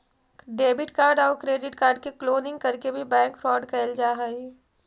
debit card आउ credit card के cloning करके भी बैंक फ्रॉड कैल जा हइ